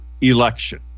election